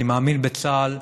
אני מאמין בצה"ל,